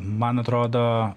man atrodo